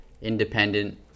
independent